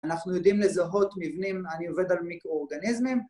‫אנחנו יודעים לזהות מבנים, ‫אני עובד על מיקרואורגניזמים.